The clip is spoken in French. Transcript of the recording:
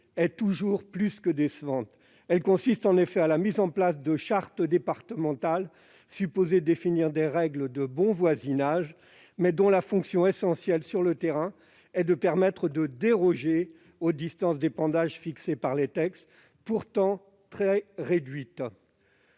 est toujours plus que décevante. Elle consiste, en effet, à la mise en place de chartes départementales, supposées définir des règles de « bon voisinage », mais dont la fonction essentielle, sur le terrain, est de permettre de déroger aux distances d'épandage fixées par les textes, pourtant très réduites.